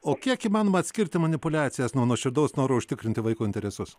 o kiek įmanoma atskirti manipuliacijas nuo nuoširdaus noro užtikrinti vaiko interesus